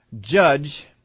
judge